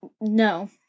no